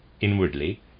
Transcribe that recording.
inwardly